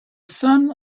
sun